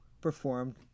performed